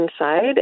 inside